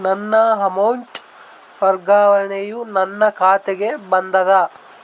ನನ್ನ ಅಮೌಂಟ್ ವರ್ಗಾವಣೆಯು ನನ್ನ ಖಾತೆಗೆ ಬಂದದ